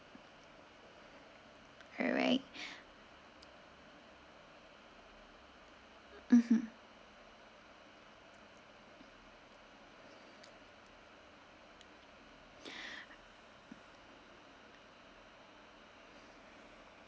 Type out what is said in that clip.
alright mmhmm